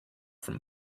from